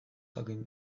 jakin